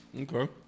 okay